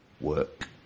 work